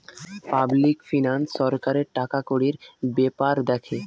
public finance সরকারের টাকাকড়ির বেপার দ্যাখে